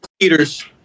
Peters